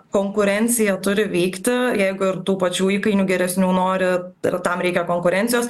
konkurencija turi vykti jeigu ir tų pačių įkainių geresnių nori ir tam reikia konkurencijos